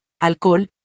alcohol